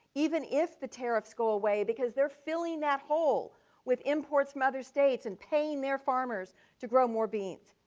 even if the tariffs go away because they're filling that hole with imports from other states and paying their farmers to grow more beans.